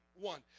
One